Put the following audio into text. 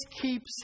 keeps